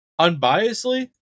Unbiasedly